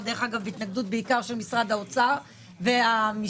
ובעיקר בהתנגדות משרד האוצר והמיסוי.